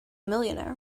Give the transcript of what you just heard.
millionaire